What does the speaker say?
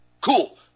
cool